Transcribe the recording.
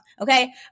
Okay